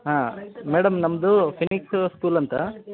ಹಾಂ ಮೇಡಮ್ ನಮ್ಮದು ಫೆನಿಟು ಸ್ಕೂಲಂತ